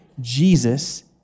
Jesus